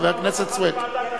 חבר הכנסת סוייד.